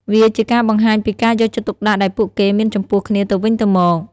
វាជាការបង្ហាញពីការយកចិត្តទុកដាក់ដែលពួកគេមានចំពោះគ្នាទៅវិញទៅមក។